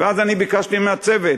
ואז אני ביקשתי מהצוות,